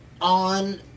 on